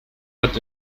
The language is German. hat